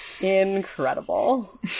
Incredible